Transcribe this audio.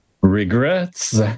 Regrets